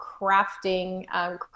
crafting